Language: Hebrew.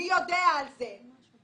מי יודע על זה?